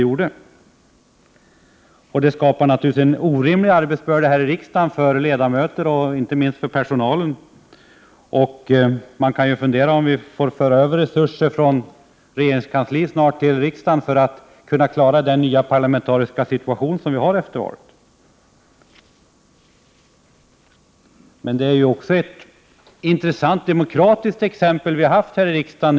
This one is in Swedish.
Naturligtvis innebär det en orimlig arbetsbörda i riksdagen — för ledamöterna och inte minst för personalen. Snart måste väl resurser föras över från regeringskansliet till riksdagen för att man skall kunna klara den nya parlamentariska situation som gäller efter valet. Ur demokratisk synpunkt är det intressant att studera det som skett i riksdagen.